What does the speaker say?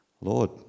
Lord